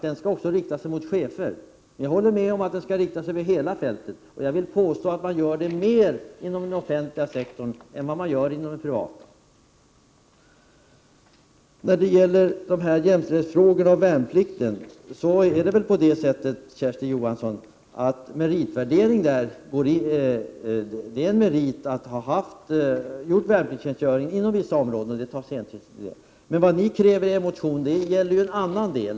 Den skall rikta sig till chefer, men jag håller också med om att den skall rikta sig över hela fältet. Jag vill dock påstå att det är så mer inom den offentliga sektorn än inom den privata. Kersti Johansson tar upp jämställdheten i fråga om värnpliktstjänstgöring. Det är väl så att det är en merit inom vissa områden att ha gjort värnpliktstjänstgöring — det tas hänsyn till det. Men vad ni kräver i er motion är något annat.